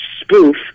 spoof